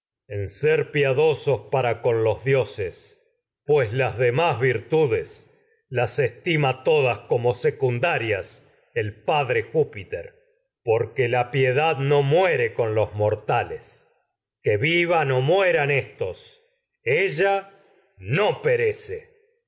campo piadosos las para los dio ses pues las demás virtudes estima todas como mue secundarias el los padre júpiter que porque la piedad re con mortales vivan o mueran éstos ella no perece